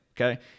okay